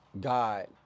God